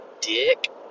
dick